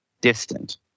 distant